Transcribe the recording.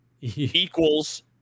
equals